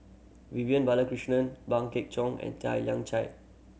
Vivian Balakrishnan Pang Guek Cheng and Tan Lian Chye